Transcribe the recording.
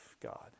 God